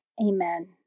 Amen